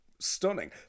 stunning